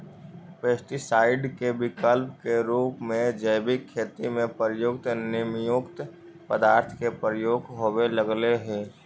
pesticide के विकल्प के रूप में जैविक खेती में प्रयुक्त नीमयुक्त पदार्थ के प्रयोग होवे लगले हि